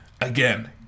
Again